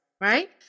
right